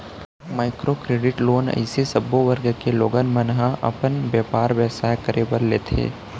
micro credit loan अइसे सब्बो वर्ग के लोगन मन ह अपन बेपार बेवसाय करे बर लेथे